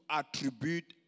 attribute